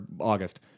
August